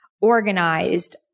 organized